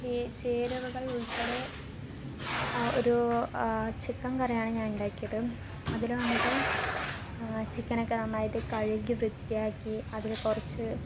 വേ ചേരുവകൾ ഉൾപ്പടെ ഒരു ചിക്കൻ കറിയാണ് ഞാൻ ഉണ്ടാക്കിയത് അതിൽ വന്നിട്ട് ചിക്കനൊക്കെ നന്നായിട്ട് കഴുകി വൃത്തിയാക്കി അതിൽ കുറച്ച്